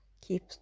keep